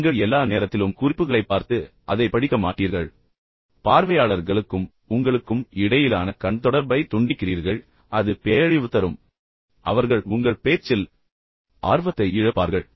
நீங்கள் எல்லா நேரத்திலும் குறிப்புகளைப் பார்த்து அதைப் படிக்க மாட்டீர்கள் எனவே பார்வையாளர்களுக்கும் உங்களுக்கும் இடையிலான கண் தொடர்பை நீங்கள் துண்டிக்கிறீர்கள் அது பேரழிவு தரும் எனவே அவர்கள் உங்கள் பேச்சில் ஆர்வத்தை இழப்பார்கள்